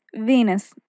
Venus